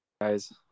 guys